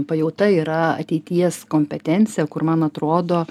pajauta yra ateities kompetencija kur man atrodo